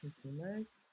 consumers